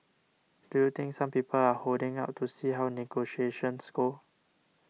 do you think some people are holding out to see how negotiations go